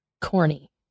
corny